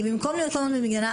במקום להיות כל הזמן במגננה,